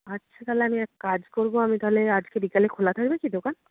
আচ্ছা তাহলে আমি এক কাজ করবো আমি তাহলে আজকে বিকেলে খোলা থাকবে কি দোকান